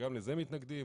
וגם לזה מתנגדים.